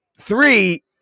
three